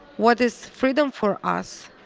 what is freedom for us?